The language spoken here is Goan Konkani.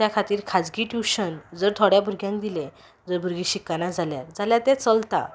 त्या खातीर जर खाजगी ट्युशन थोड्या भुरग्यांक दिलें जर भुरगीं शिकना जाल्यार तें चलता